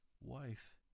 Wife